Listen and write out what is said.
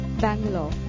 Bangalore